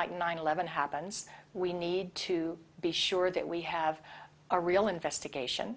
like nine eleven happens we need to be sure that we have a real investigation